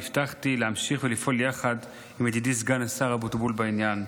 והבטחתי להמשיך לפעול יחד עם ידידי סגן השר אבוטבול בעניין.